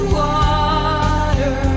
water